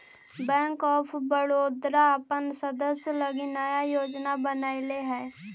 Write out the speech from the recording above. bank of Baroda अपन सदस्य लगी नया योजना बनैले हइ